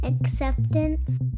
acceptance